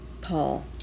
Paul